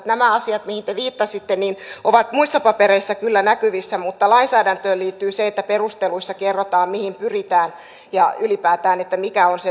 nämä asiat mihin te viittasitte ovat kyllä muissa papereissa näkyvissä mutta lainsäädäntöön liittyy se että perusteluissa kerrotaan mihin pyritään ja mikä ylipäätään on sen lain vaikuttavuus